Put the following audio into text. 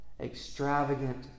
Extravagant